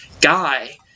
guy